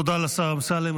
תודה לשר אמסלם.